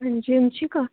हां जी हां जी का